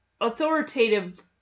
authoritative